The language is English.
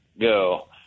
go